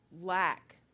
lack